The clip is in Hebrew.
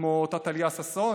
כמו אותה טליה ששון,